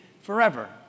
Forever